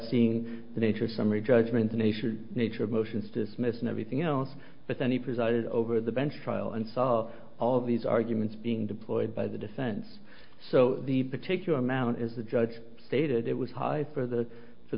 seeing the nature summary judgment the nation nature of motions dismissed everything else but then he presided over the bench trial and saw all of these arguments being deployed by the defense so the particular amount is the judge stated it was high for the for